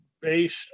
based